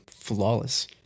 flawless